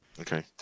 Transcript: Okay